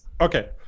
Okay